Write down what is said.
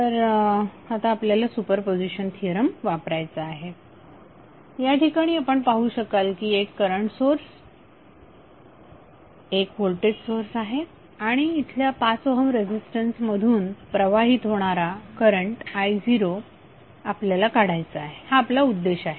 तर आता आपल्याला सुपरपोझिशन थिअरम वापरायचा आहे या ठिकाणी आपण पाहू शकाल की एक करंट सोर्स एक व्होल्टेज सोर्स आहे आणि इथल्या 5 ओहम रेझीस्टन्स मधून प्रवाहित होणारा करंट i0 आपल्याला काढायचा आहे हा आपला उद्देश आहे